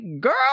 girl